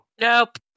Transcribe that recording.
Nope